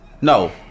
no